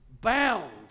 Bound